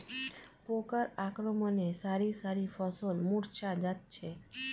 পোকার আক্রমণে শারি শারি ফসল মূর্ছা যাচ্ছে